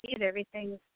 everything's